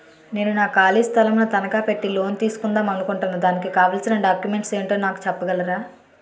నేను నా ఖాళీ స్థలం ను తనకా పెట్టి లోన్ తీసుకుందాం అనుకుంటున్నా దానికి కావాల్సిన డాక్యుమెంట్స్ ఏంటో నాకు చెప్పగలరా?